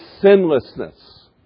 sinlessness